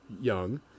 young